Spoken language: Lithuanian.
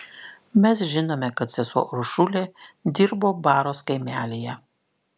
mes žinome kad sesuo uršulė dirbo baros kaimelyje